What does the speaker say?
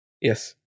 Yes